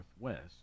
Northwest